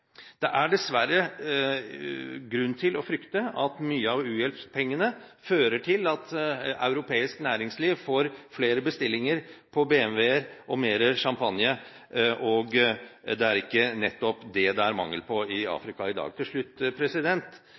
Det er dessverre grunn til å frykte at mye av u-hjelpspengene fører til at europeisk næringsliv får flere bestillinger på BMW-er og mer sjampanje. Det er ikke nettopp det det er mangel på i Afrika i dag. Til slutt: